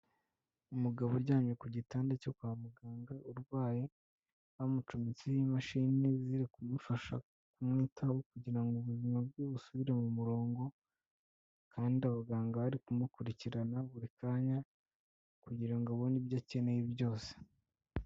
Umugabo uryamye ku gitanda cyo kwa muganga urwaye, bamucometseho imashini ziri kumufasha kumwitaho kugira ubuzima bwe busubire mu murongo, kandi abaganga bari kumukurikirana buri kanya kugira abone ibyo akeneye byose.